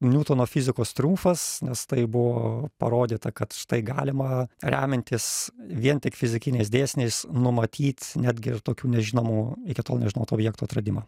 niutono fizikos triumfas nes tai buvo parodyta kad štai galima remiantis vien tik fizikiniais dėsniais numatyt netgi ir tokių nežinomų iki tol nežinotų objektų atradimą